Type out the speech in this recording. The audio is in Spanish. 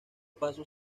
paso